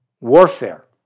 warfare